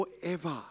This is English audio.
forever